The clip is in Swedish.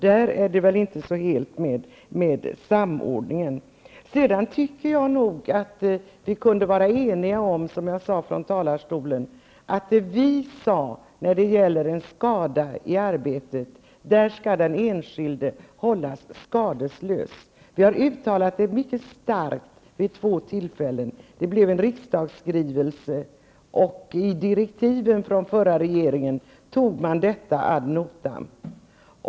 Jag tycker nog att vi kunde vara eniga om -- som jag sade från talarstolen tidigare -- att den enskilde vid en arbetsskada skall hållas skadeslös. Vi har uttalat detta mycket starkt vid två tillfällen. Det blev också en riksdagsskrivelse, och i direktiven från den förra regeringen hade man tagit detta ad notam.